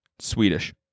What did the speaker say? Swedish